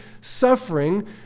suffering